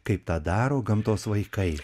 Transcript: kaip tą daro gamtos vaikai